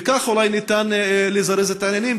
וכך אולי ניתן לזרז את העניינים,